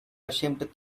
ashamed